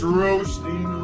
roasting